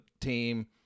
team